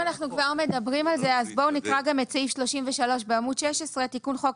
כבר מדברים על זה בואו נקרא גם את סעיף 33 בעמוד 16. תיקון חוק